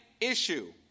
issue